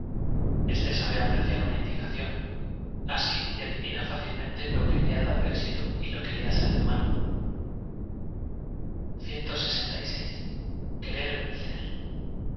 éste sabe apreciar una indicación asi y ad ivi na fácilmente lo que le ha dado éxito y lo que le ha salido mal üttwer vencer